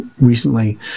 recently